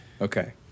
Okay